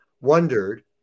wondered